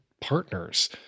Partners